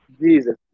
Jesus